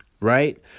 right